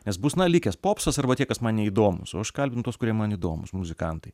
nes bus na likęs popsas arba tie kas man neįdomūs o aš kalbinu tuos kurie man įdomūs muzikantai